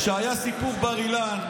כשהיה סיפור בר-אילן,